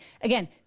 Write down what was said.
Again